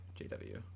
jw